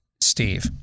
Steve